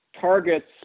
targets